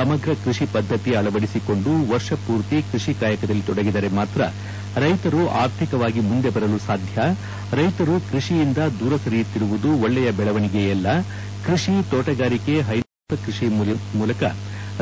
ಸಮಗ್ರ ಕೃಷಿ ಪದ್ಧತಿ ಅವಳಡಿಸಿಕೊಂಡು ವರ್ಷ ಪೂರ್ತಿ ಕೃಷಿ ಕಾಯಕದಲ್ಲಿ ತೊಡಗಿದರೆ ಮಾತ್ರ ರೈತರು ಆರ್ಥಿಕವಾಗಿ ಮುಂದೆ ಬರಲು ಸಾಧ್ಯ ರೈತರು ಕೈಷಿಯಿಂದ ದೂರ ಸರಿಯುತ್ತಿರುವುದು ಒಕ್ಕೆಯ ಬೆಳವಣಿಗೆಯಲ್ಲ ಕೃಷಿ ತೋಟಗಾರಿಕೆ ಹೈನುಗಾರಿಕೆ ಪುಷ್ಪ ಕೃಷಿ ಮೂಲಕ